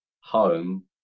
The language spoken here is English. home